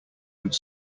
could